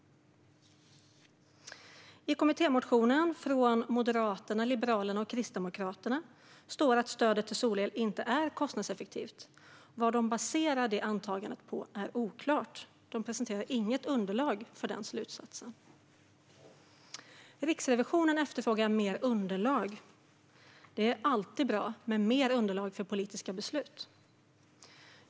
I kommittémotionen från Moderaterna, Liberalerna och Kristdemokraterna står det att stödet till solel inte är kostnadseffektivt. Vad de baserar detta antagande på är oklart. De presenterar inget underlag för denna slutsats. Riksrevisionen efterfrågar mer underlag. Det är alltid bra med mer underlag för politiska beslut.